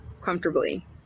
comfortably